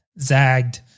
zagged